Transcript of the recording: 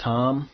Tom